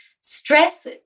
Stress